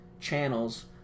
channels